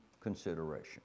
consideration